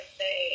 say